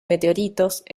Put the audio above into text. meteoritos